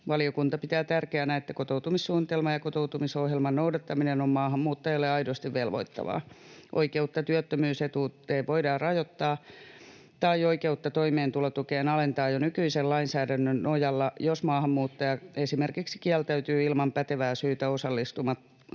Valiokunta pitää tärkeänä, että kotoutumissuunnitelman ja kotoutumisohjelman noudattaminen on maahanmuuttajalle aidosti velvoittavaa. Oikeutta työttömyysetuuteen voidaan rajoittaa tai oikeutta toimeentulotukeen alentaa jo nykyisen lainsäädännön nojalla, jos maahanmuuttaja esimerkiksi kieltäytyy ilman pätevää syytä osallistumasta